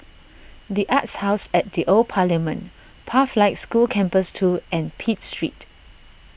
the Arts House at the Old Parliament Pathlight School Campus two and Pitt Street